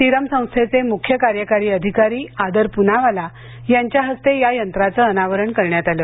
Serum संस्थेचे मुख्य कार्यकारी अधिकारी आदर प्रनावाला यांच्या हस्ते या यंत्राचं अनावरण करण्यात आलं